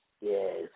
Yes